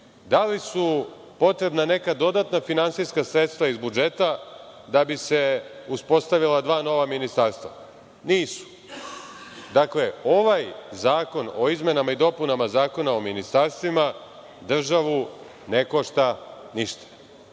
Da li su potrebna neka dodatna finansijska sredstva iz budžeta da bi se uspostavila dva nova ministarstva? Nisu. Dakle, ovaj Zakon o izmenama i dopunama Zakona o ministarstvima državu ne košta ništa. Koliko